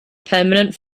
permanent